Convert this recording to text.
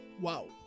Wow